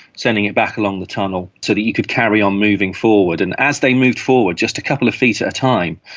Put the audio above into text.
sending it back along the tunnel so that you could carry on moving forward. and as they moved forward, just a couple of feet at a time,